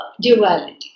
duality